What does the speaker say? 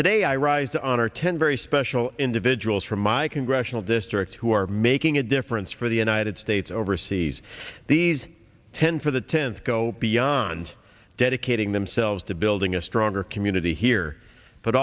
today i rise to honor ten very special individuals from my congressional district who are making a difference for the united states it's overseas these ten for the tenth go beyond dedicating themselves to building a stronger community here but